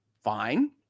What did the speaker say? Fine